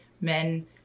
men